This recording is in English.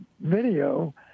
video